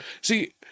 See